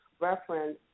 reference